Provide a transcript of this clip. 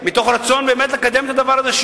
מתוך רצון באמת לקדם את הדבר הזה,